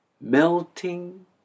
melting